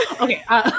Okay